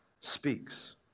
speaks